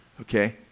okay